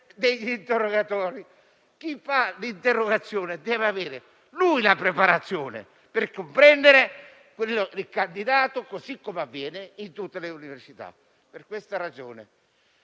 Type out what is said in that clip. degli interrogatori: chi fa l'interrogazione deve avere una preparazione per comprendere il candidato, così come avviene in tutte le università. Per questa ragione,